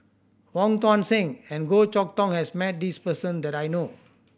Wong Tuang Seng and Goh Chok Tong has met this person that I know